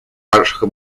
ваших